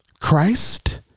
Christ